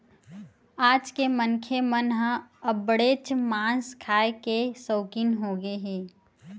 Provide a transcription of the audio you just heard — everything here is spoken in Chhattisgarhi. आज के मनखे मन ह अब्बड़ेच मांस खाए के सउकिन होगे हे